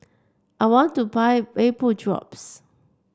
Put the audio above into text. I want to buy Vapodrops